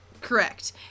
Correct